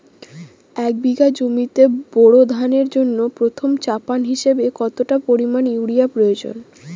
এক বিঘা জমিতে বোরো ধানের জন্য প্রথম চাপান হিসাবে কতটা পরিমাণ ইউরিয়া প্রয়োজন?